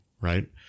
right